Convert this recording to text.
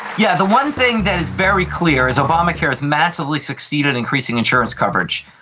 yeah the one thing that is very clear is obamacare has massively succeeded increasing insurance coverage.